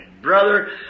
Brother